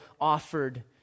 offered